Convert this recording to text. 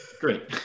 Great